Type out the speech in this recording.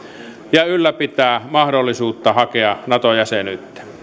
ja ylläpitää mahdollisuutta hakea nato jäsenyyttä